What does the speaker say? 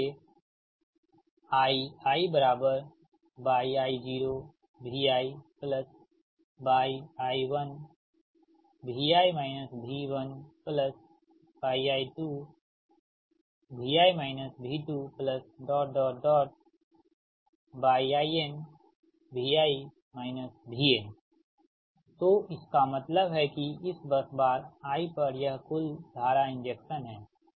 इसलिए Iiyi0Viyi 1 yi 2Vi V2yi nVi Vn तो इसका मतलब है कि इस बस बार I पर यह कुल धारा इंजेक्शन है